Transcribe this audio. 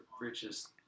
richest